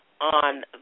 on